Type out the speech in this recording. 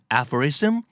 aphorism